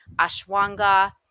ashwanga